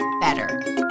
Better